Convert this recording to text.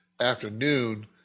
afternoon